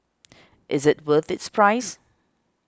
is it worth its price